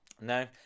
no